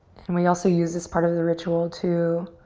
and we also use this part of the ritual to